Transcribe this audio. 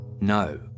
no